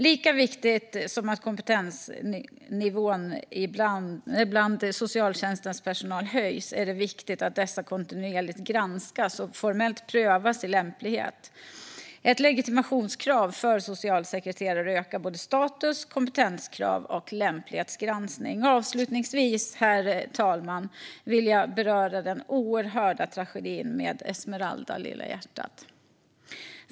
Lika viktigt som att kompetensnivån bland socialtjänstens personal höjs är det att personalen kontinuerligt granskas och formellt prövas i lämplighet. Ett legitimationskrav för socialsekreterare skulle öka status, kompetenskrav och lämplighetsgranskning. Avslutningsvis, herr talman, vill jag beröra den oerhörda tragedin med Esmeralda, som kallades Lilla hjärtat.